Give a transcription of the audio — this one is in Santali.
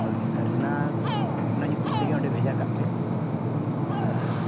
ᱦᱳᱭ ᱟᱨ ᱚᱱᱟ ᱧᱩᱛᱩᱢ ᱛᱮᱜᱮ ᱚᱸᱰᱮ ᱵᱷᱮᱡᱟ ᱠᱟᱜ ᱯᱮ ᱟᱨ